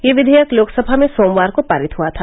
यह विवेयक लोक सभा में सोमवार को पारित हुआ था